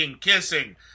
kissing